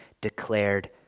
declared